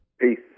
Peace